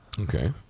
Okay